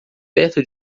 perto